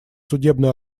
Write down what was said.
судебную